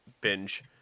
binge